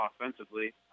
offensively